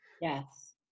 Yes